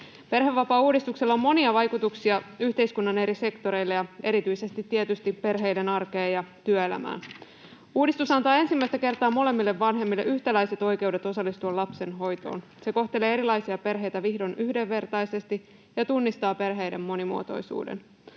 Perhevapaauudistuksella on monia vaikutuksia yhteiskunnan eri sektoreille ja erityisesti tietysti perheiden arkeen ja työelämään. Uudistus antaa ensimmäistä kertaa molemmille vanhemmille yhtäläiset oikeudet osallistua lapsen hoitoon. Se kohtelee erilaisia perheitä vihdoin yhdenvertaisesti ja tunnistaa perheiden monimuotoisuuden.